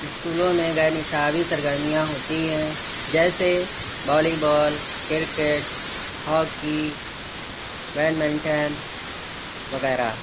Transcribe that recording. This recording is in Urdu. اسکولوں میں غیرنصابی سرگرمیاں ہوتی ہیں جیسے volleyball cricket hockey badminton وغیرہ